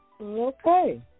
Okay